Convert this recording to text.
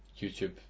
YouTube